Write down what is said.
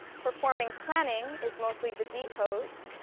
performing planning is mostly the d codes.